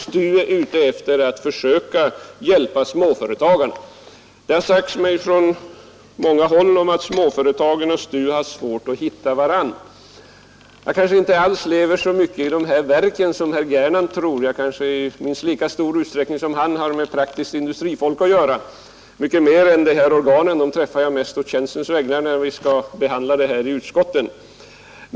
STU är ute efter att försöka hjälpa småföretagarna. Det har från många håll sagts att småföretagarna och STU har haft svårt att hitta varandra. Jag kanske inte tillbringar min tid så mycket i dessa verk som herr Gernandt tror — kanske jag i minst lika stor utsträckning som han har med praktiskt industrifolk att göra. De omnämnda organen träffar jag mest å tjänstens vägnar när vi skall behandla frågorna i utskotten.